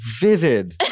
vivid